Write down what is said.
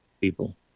people